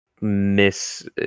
miss